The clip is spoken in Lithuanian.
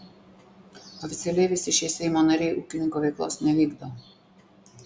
oficialiai visi šie seimo nariai ūkininko veiklos nevykdo